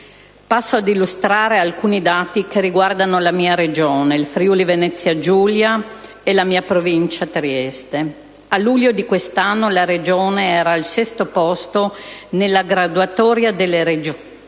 Passo ad illustrare alcuni dati che riguardano la mia Regione, il Friuli-Venezia Giulia, ed in particolare la mia Provincia, Trieste: a luglio di quest'anno la Regione era al sesto posto nella graduatoria delle Regioni